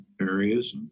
areas